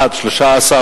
התשע"א